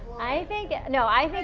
i think, no i think,